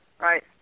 right